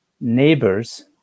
neighbors